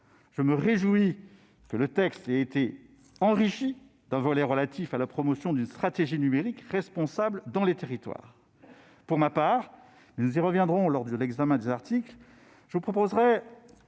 Je me réjouis que le texte ait été enrichi d'un volet relatif à la promotion d'une stratégie numérique responsable dans les territoires. Pour ma part, nous y reviendrons lors de l'examen des articles, je vous proposerai